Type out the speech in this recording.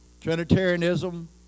Trinitarianism